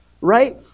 right